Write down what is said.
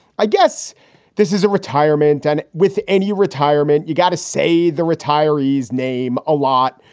i guess this is a retirement. and with any retirement, you got to say the retirees name a lot.